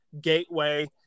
gateway